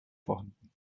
vorhanden